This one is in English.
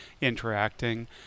interacting